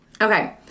Okay